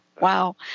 wow